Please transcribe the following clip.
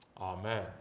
Amen